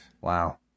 Wow